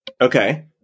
okay